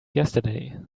yesterday